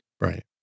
Right